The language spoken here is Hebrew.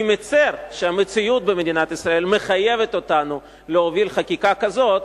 אני מצר שהמציאות במדינת ישראל מחייבת אותנו להוביל חקיקה כזאת,